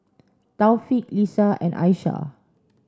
Taufik Lisa and Aishah